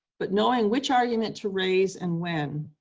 but knowing which argument to raise and when,